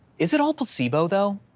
is it all placebo, though?